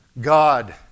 God